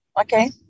Okay